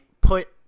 put